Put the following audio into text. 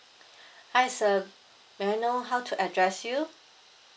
hi sir may I know how to address you